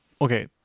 Okay